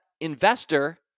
investor